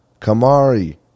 Kamari